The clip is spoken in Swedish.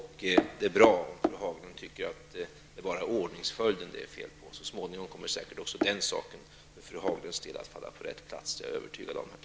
Det är bra om fru Haglund bara tycker att det bara är fel på ordningsföljden. Jag är övertygad, herr talman, om att bitarna också på den punkten så småningom kommer att falla på rätt plats för fru